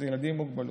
אלו ילדים עם מוגבלות,